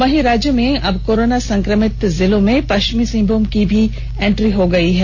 वहीं राज्य में अब कोरोना संक्रमित जिलों में पश्चिमी सिंहभूम की भी एंट्री हो गई है